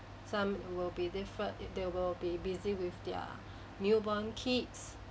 some will be different there will be busy with their newborn kids